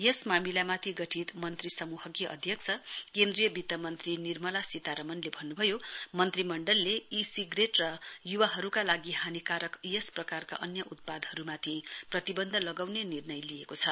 यस मामिलामाथि गठित मन्त्री समूह की अध्यक्ष केन्द्रीय वित्तमन्त्री निर्मला सीतारामले भन्नुभयो मन्त्रीमण्डलले ई सिगरेट युवाहरूका लागि हानीकारक र यस प्रकारका अन्य उत्पादनहरूमाथि प्रतिवन्ध लगाउने निर्णय लिएको छ